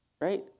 Right